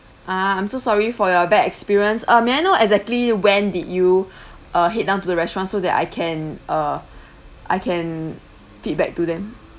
ah I'm so sorry for your bad experience uh may I know exactly when did you uh head down to the restaurant so that I can uh I can feedback to them